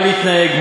מה להתנהג,